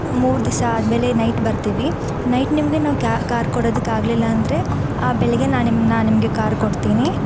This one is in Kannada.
ಮೂರು ದಿಸ ಆದಮೇಲೆ ನೈಟ್ ಬರ್ತೀವಿ ನೈಟ್ ನಿಮಗೆ ನಾವು ಕಾರ್ ಕೊಡೋದಕ್ಕಾಗಲಿಲ್ಲ ಅಂದರೆ ಬೆಳಗ್ಗೆ ನಾ ನಿಮ್ಮ ನಾ ನಿಮಗೆ ಕಾರ್ ಕೊಡ್ತೀನಿ